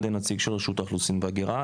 על-ידי נציגים של רשות האוכלוסין וההגירה?